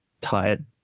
tired